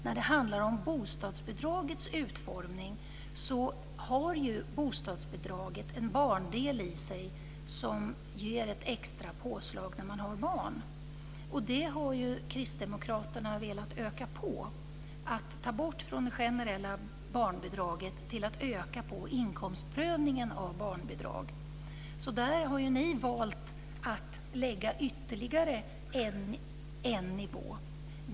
När det handlar om bostadsbidragets utformning har ju bostadsbidraget en barndel i sig som ger ett extra påslag när man har barn. Det har kristdemokraterna velat öka på. Man har velat ta bort från det generella barnbidraget och öka på inkomstprövningen av barnbidrag. Där har ni valt att lägga ytterligare en nivå.